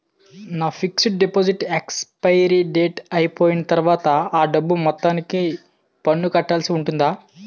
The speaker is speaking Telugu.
నా ఫిక్సడ్ డెపోసిట్ ఎక్సపైరి డేట్ అయిపోయిన తర్వాత అ డబ్బు మొత్తానికి పన్ను కట్టాల్సి ఉంటుందా?